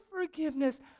forgiveness